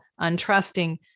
untrusting